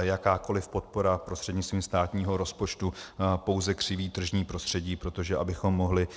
Jakákoli podpora prostřednictvím státního rozpočtu pouze křiví tržní prostředí, protože abychom mohli